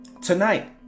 Tonight